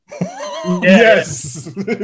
yes